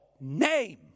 name